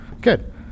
Good